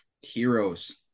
Heroes